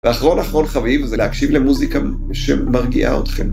ואחרון אחרון חביב זה להקשיב למוזיקה שמרגיעה אתכם.